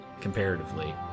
comparatively